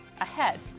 ahead